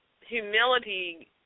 humility